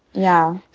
yeah.